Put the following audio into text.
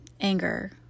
anger